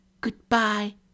Goodbye